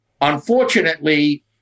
Unfortunately